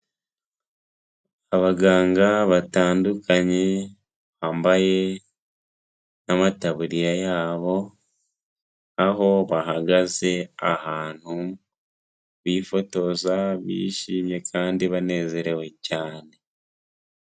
Abaganga batandukanye bambaye n'amataburiya yabo, aho bahagaze ahantu bifotoza bishimye kandi banezerewe cyane.